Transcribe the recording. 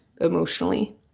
emotionally